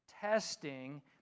testing